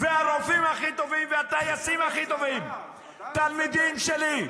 והרופאים הכי טובים והטייסים הכי טובים תלמידים שלי.